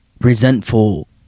resentful